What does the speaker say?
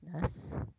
business